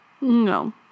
No